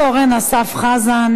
ואת אורן אסף חזן